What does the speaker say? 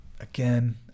again